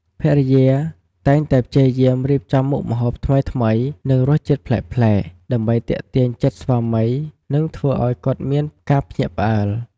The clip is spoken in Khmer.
ភរិយាតែងតែព្យាយាមរៀបចំមុខម្ហូបថ្មីៗ និងរសជាតិប្លែកៗ ដើម្បីទាក់ទាញចិត្តស្វាមី និងធ្វើឲ្យគាត់មានការភ្ញាក់ផ្អើល។